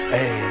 Hey